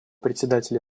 председатели